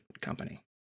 company